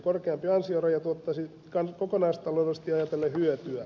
korkeampi ansioraja tuottaisi kokonaistaloudellisesti ajatellen hyötyä